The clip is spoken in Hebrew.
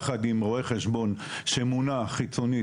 יחד עם רואה חשבון שמונה חיצונית.